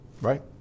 Right